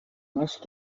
must